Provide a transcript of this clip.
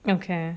okay